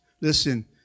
listen